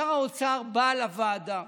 שר האוצר בא לוועדה